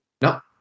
No